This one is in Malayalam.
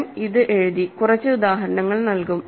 ഞാൻ ഇത് എഴുതി കുറച്ച് ഉദാഹരണങ്ങൾ നൽകും